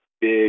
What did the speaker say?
big